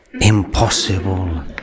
Impossible